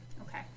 Okay